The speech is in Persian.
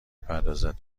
پردازد